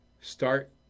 start